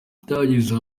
atangiza